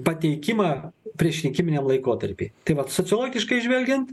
pateikimą priešrinkiminiam laikotarpy tai vat sociologiškai žvelgiant